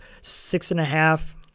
six-and-a-half